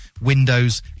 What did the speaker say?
windows